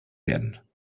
werden